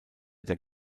der